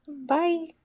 Bye